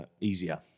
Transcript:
easier